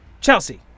Chelsea